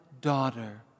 daughter